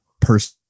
person